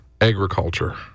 Agriculture